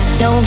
no